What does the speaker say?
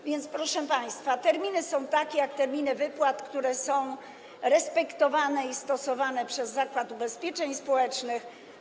A więc, proszę państwa, terminy są takie jak terminy wypłat, które są respektowane i stosowane przez Zakład Ubezpieczeń Społecznych.